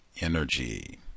energy